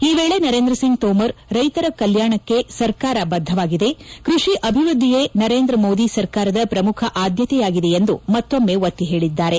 ಈ ವೇಳೆ ನರೇಂದ್ರ ಸಿಂಗ್ ತೋಮರ್ ರೈತರ ಕಲ್ಚಾಣಕ್ಕೆ ಸರ್ಕಾರ ಬದ್ದವಾಗಿದೆ ಕೃಷಿ ಅಭಿವೃದ್ದಿಯೇ ನರೇಂದ್ರ ಮೋದಿ ಸರ್ಕಾರದ ಪ್ರಮುಖ ಆದ್ಯತೆಯಾಗಿದೆ ಎಂದು ಮತ್ತೊಮ್ನೆ ಒತ್ತಿ ಹೇಳಿದ್ದಾರೆ